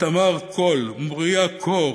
איתמר קול, מוריה קור,